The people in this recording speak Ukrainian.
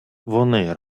вони